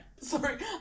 Sorry